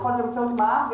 יכול באמצעות מע"מ,